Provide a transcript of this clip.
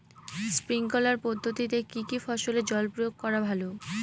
Sprinkler পদ্ধতিতে কি কী ফসলে জল প্রয়োগ করা ভালো?